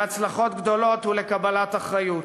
להצלחות גדולות ולקבלת אחריות.